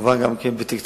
וכמובן גם כן בתקצוב